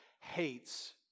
hates